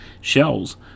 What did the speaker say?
Shells